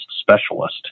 specialist